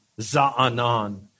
Za'anan